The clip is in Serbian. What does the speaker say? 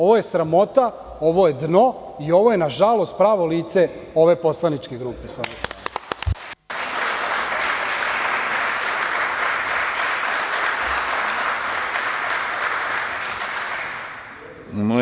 Ovo je sramota, ovo je dno i ovo je, nažalost, pravo lice ove poslaničke grupe s one strane.